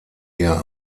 eher